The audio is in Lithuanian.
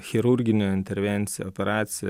chirurginė intervencija operacija